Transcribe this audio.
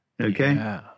Okay